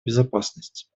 безопасности